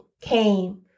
came